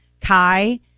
Kai